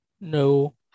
No